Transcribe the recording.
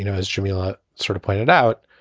you know, as shimura sort of pointed out.